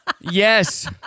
Yes